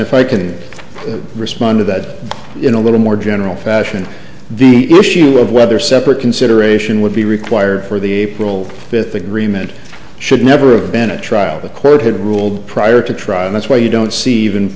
if i can respond to that in a little more general fashion the issue of whether separate consideration would be required for the april fifth agreement should never of been a trial the court had ruled prior to trial and that's why you don't see